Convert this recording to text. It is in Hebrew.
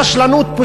רשלנות,